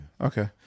Okay